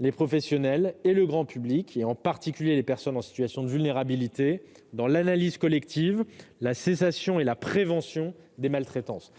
les professionnels et le grand public, en particulier les personnes en situation de vulnérabilité, dans l'analyse collective, la cessation et la prévention des maltraitances.